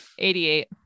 88